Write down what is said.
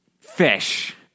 Fish